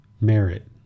Merit